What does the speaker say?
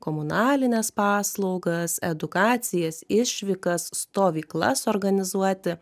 komunalines paslaugas edukacijas išvykas stovyklas organizuoti